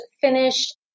finished